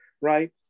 right